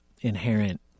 inherent